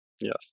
yes